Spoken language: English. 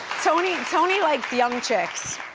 tony tony likes young chicks.